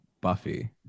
Buffy